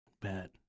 Bad